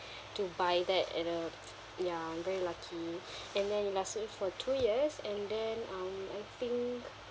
to buy that at a ya I'm very lucky and then it lasts me for two years and then um I think